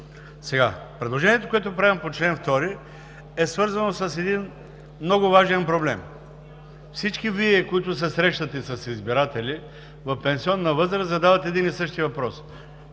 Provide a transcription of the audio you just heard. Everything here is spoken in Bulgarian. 1. Предложението, което правим по чл. 2, е свързано с един много важен проблем. Всички Вие, които се срещате с избиратели, в пенсионна възраст, задават един и същи въпрос,